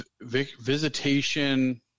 Visitation